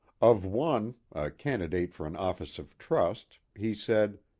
of one, a candidate for an office of trust, he said,